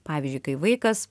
pavyzdžiui kai vaikas